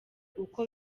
uko